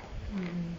mmhmm